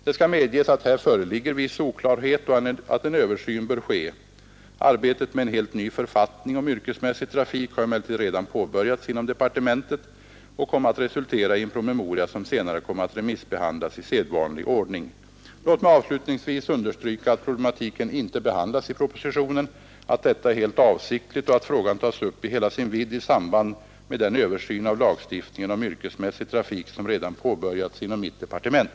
Det skall medges att här föreligger viss oklarhet och att en översyn bör ske. Arbetet med en helt ny författning om yrkesmässig trafik har emellertid redan påbörjats inom departementet och kommer att resultera i en promemoria som senare kommer att remissbehandlas i sedvanlig ordning. Låt mig avslutningsvis understryka att problematiken inte behandlas i propositionen, att detta är helt avsiktligt och att frågan tas upp i hela sin vidd i samband med den översyn av lagstiftningen om yrkesmässig trafik som redan påbörjats inom mitt departement.